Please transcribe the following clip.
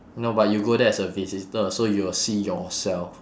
no but you go there as a visitor so you will see yourself